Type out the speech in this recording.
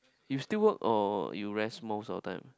you still work or you rest most your time